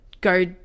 go